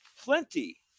plenty